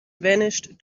vanished